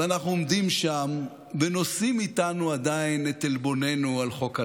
ואנחנו עומדים שם ונושאים איתנו עדיין את עלבוננו על חוק הלאום.